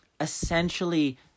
essentially